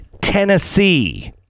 tennessee